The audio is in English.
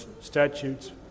statutes